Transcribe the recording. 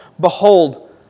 Behold